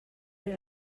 era